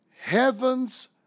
Heaven's